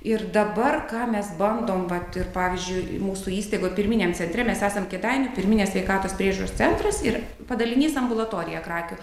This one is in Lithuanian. ir dabar ką mes bandom vat ir pavyzdžiui mūsų įstaigoj pirminiam centre mes esam kėdainių pirminės sveikatos priežiūros centras ir padalinys ambulatorija krakių